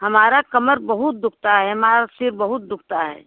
हमारी कमर बहुत दुखता है हमारा सिर बहुत दुखता है